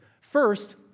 First